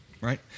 right